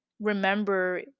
remember